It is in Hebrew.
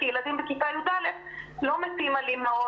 כי ילדים בכיתה י"א לא מתים על אימהות